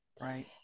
right